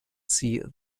see